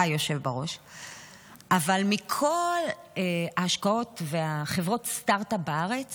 אבל מכל ההשקעות והחברות סטרטאפ בארץ